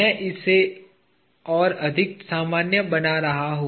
मैं इसे और अधिक सामान्य बना रहा हूं